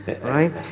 right